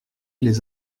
les